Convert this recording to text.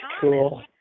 cool